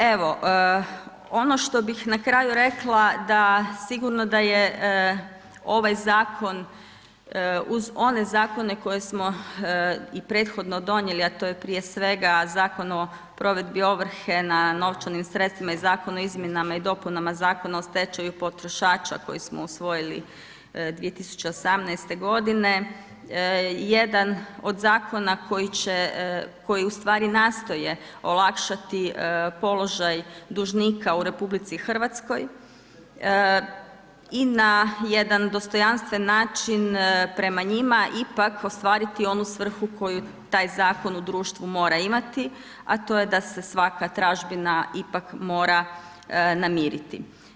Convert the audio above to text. Evo ono što bih na kraju rekla da sigurno da je ovaj zakon uz one zakone koje smo i prethodno donijeli a to je prije svega Zakon o provedbi ovrhe na novčanim sredstvima i zakon o izmjenama i dopunama Zakona o stečaju potrošača koji smo usvojili 2018. g., jedan od zakona koji ustvari nastoji olakšati položaj dužnika u RH i na jedan dostojanstven način prema njima ipak ostvariti onu svrhu koju taj zakon u društvu mora imati a to je da se svaka tražbina ipak mora namiriti.